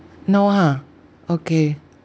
no ha okay